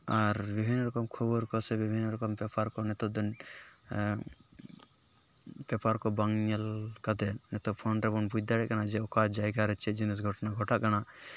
ᱟᱨ ᱵᱤᱵᱷᱤᱱᱱᱚ ᱨᱚᱠᱚᱢ ᱠᱷᱚᱵᱚᱨ ᱠᱚᱥᱮ ᱵᱤᱵᱷᱤᱱᱱᱚ ᱨᱚᱠᱚᱢ ᱯᱮᱯᱟᱨ ᱠᱚ ᱱᱤᱛᱳᱜ ᱫᱚ ᱯᱮᱯᱟᱨ ᱠᱚ ᱵᱟᱝ ᱧᱮᱞ ᱠᱟᱛᱮᱫ ᱱᱤᱛᱳᱜ ᱯᱷᱳᱱ ᱨᱮᱵᱚᱱ ᱵᱩᱡᱽ ᱫᱟᱲᱮᱜ ᱠᱟᱱᱟ ᱡᱮ ᱚᱠᱟ ᱡᱟᱭᱜᱟᱨᱮ ᱪᱮᱫ ᱡᱤᱱᱤᱥ ᱜᱷᱚᱴᱚᱱᱟ ᱜᱷᱚᱴᱟᱜ ᱠᱟᱱᱟ